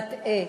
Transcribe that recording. מטעה.